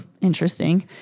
interesting